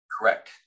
Correct